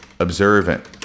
observant